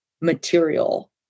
material